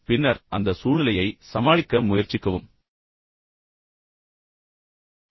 பின்னர் அதை உங்கள் மனதில் உணர்வுபூர்வமாக வைத்திருக்க முயற்சிக்கவும் பின்னர் அந்த சூழ்நிலையை சமாளிக்க முயற்சிக்கவும்